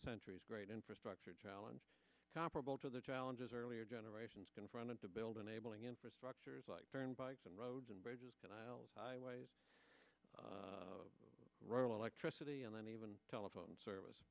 century's great infrastructure challenge comparable to the challenges earlier generations confronted to build enabling infrastructures like turnpikes and roads and bridges and isles highways rural electricity and then even telephone service